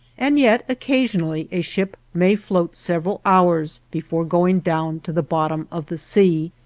and yet occasionally a ship may float several hours before going down to the bottom of the sea.